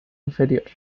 inferior